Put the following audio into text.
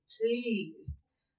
please